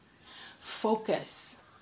focus